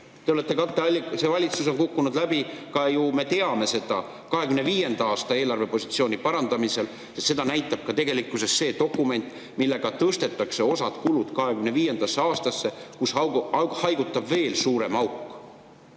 Valitsus on kukkunud läbi ka ju – me teame seda – 2025. aasta eelarve positsiooni parandamisel. Seda näitab tegelikkuses ka see dokument, millega tõstetakse osa kulusid 2025. aastasse, kus haigutab veel suurem auk.